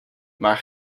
maar